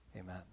amen